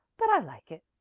but i like it,